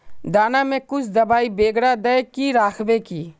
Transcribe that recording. दाना में कुछ दबाई बेगरा दय के राखबे की?